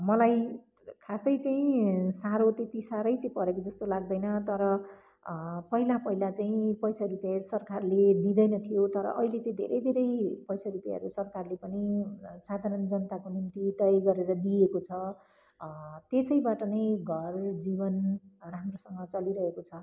मलाई खासै चाहिँ साह्रो त्यति साह्रै चाहिँ परेको जस्तो लाग्दैन तर पहिला पहिला चाहिँ पैसा रुपियाँ सरकारले दिँदैन्थ्यो तर अहिले चाहिँ धेरै धेरै पैसा रुपियाँहरू सरकारले पनि साधारण जनताको निम्ति तय गरेर दिएको छ त्यसैबाट नै घर जीवन राम्रोसँग चलिरहेको छ